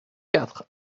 quatre